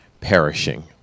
perishing